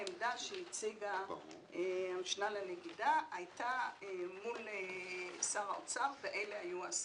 העמדה שהציגה המשנה לנגידה היתה מול שר האוצר ואלה היו ההסכמות.